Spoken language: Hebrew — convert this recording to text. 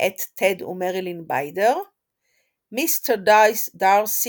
מאת טד ומרילין ביידר "Mr Darcy